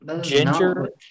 ginger